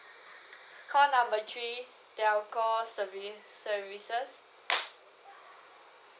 call number three telco service services